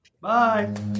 Bye